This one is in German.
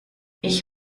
ich